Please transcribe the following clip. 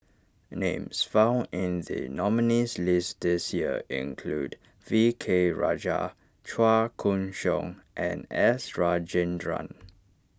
names found in the nominees' list this year include V K Rajah Chua Koon Siong and S Rajendran